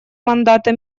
мандата